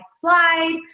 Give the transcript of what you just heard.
slide